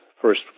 first